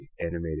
Animated